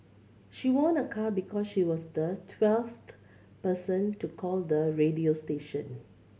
she won a car because she was the twelfth person to call the radio station